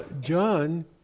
John